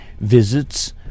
visits